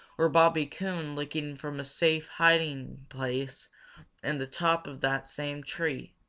or bobby coon looking from a safe hiding place in the top of that same tree.